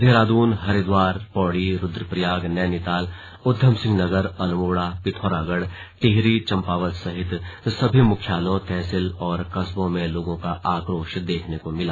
देहरादून हरिद्वार पौड़ी रुद्रप्रयाग नैनीताल उधमसिंह नगर अल्मोड़ा पिथौरागढ़ टिहरी चम्पावत सहित सभी मुख्यालयों तहसील और कस्बों में लोगों का आक्रोश देखने को मिला